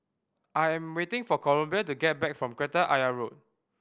I am waiting for Columbia to come back from Kreta Ayer Road